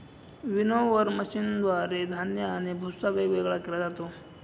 winnower मशीनद्वारे धान्य आणि भुस्सा वेगवेगळा केला जातो